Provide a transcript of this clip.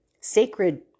sacred